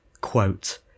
quote